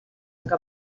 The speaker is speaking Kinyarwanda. ngo